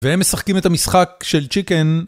והם משחקים את המשחק, של צ'יקן...